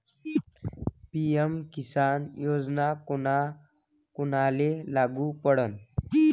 PM Kisan Yojana कोना कोनाले लागू पडन?